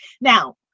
Now